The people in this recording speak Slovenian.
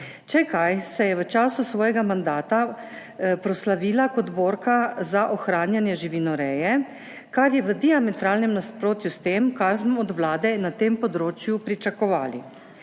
Če kaj, se je v času svojega mandata proslavila kot borka za ohranjanje živinoreje, kar je v diametralnem nasprotju s tem, kar smo od Vlade na tem področju pričakovali.